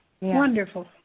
Wonderful